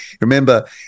Remember